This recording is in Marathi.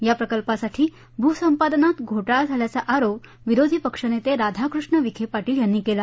या प्रकल्पासाठी भूसंपादनात घोटाळा झाल्याचा आरोप विरोधी पक्षनेते राधाकृष्ण विखे पाटील यांनी केला